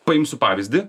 paimsiu pavyzdį